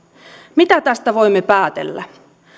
mitä tästä voimme päätellä